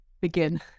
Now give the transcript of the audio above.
begin